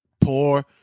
poor